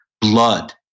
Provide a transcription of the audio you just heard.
blood